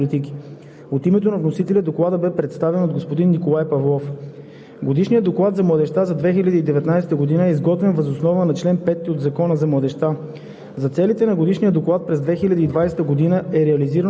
В заседанието на Комисията взеха участие представители на Министерството на младежта и спорта: господин Николай Павлов – заместник-министър, и госпожа Милена Андреева – директор на дирекция „Младежки политики“. От името на вносителя Докладът бе представен от господин Николай Павлов.